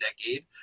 decade